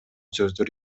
сөздөр